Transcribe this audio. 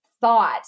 thought